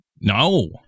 no